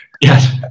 Yes